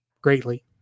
greatly